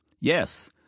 Yes